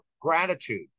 gratitude